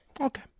Okay